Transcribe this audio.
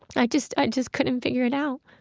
i just i just couldn't figure it out.